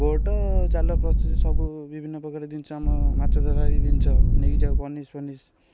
boat ଜାଲ ପ୍ରସ୍ତୁତି ସବୁ ବିଭିନ୍ନପ୍ରକାର ଜିନିଷ ଆମ ମାଛ ଧରାଳି ଜିନିଷ ନେଇକି ଯାଉ ବନିଶି ଫନିଶି